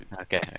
Okay